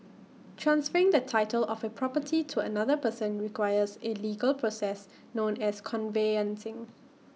transferring the title of A property to another person requires A legal process known as conveyancing